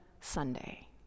Sunday